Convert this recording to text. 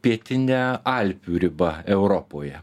pietine alpių riba europoje